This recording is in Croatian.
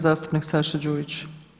Zastupnik Saša Đujić.